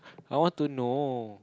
I want to know